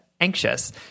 anxious